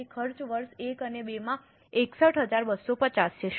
તેથી ખર્ચ વર્ષ 1 અને 2 માં 61250 છે